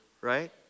right